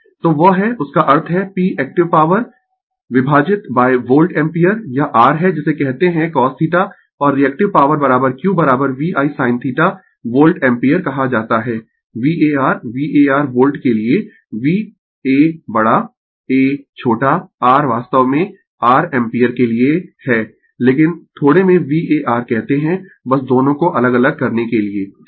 तो वह है उसका अर्थ है P एक्टिव पॉवर विभाजित वोल्ट एम्पीयर यह r है जिसे कहते है cosθ और reactive power Q VI sin θ volt ampere कहा जाता है VAR VAR वोल्ट के लिए V a बड़ा A छोटा r वास्तव में r एम्पीयर के लिए है लेकिन थोड़े में VAR कहते है बस दोनों को अलग अलग करने के लिए ठीक है